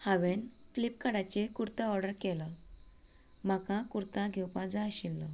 हांवेन फ्लिप कार्टाचेर कुर्ता ऑर्डर केलो म्हाका कुर्ता घेवपा जाय आशिल्लो